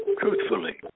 truthfully